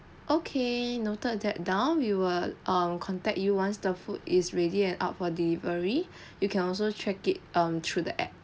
okay noted that down we will um contact you once the food is ready and out for delivery you can also check it um through the app